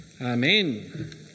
Amen